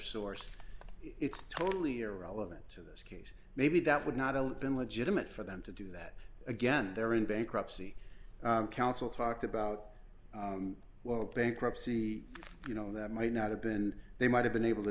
source it's totally irrelevant to this yes maybe that would not all been legitimate for them to do that again they're in bankruptcy counsel talked about well bankruptcy you know that might not have been they might have been able to